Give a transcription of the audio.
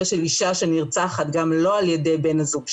של אישה שנרצחת גם לא על ידי בן הזוג שלה,